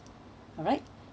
alright ya